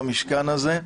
במשכן הזה.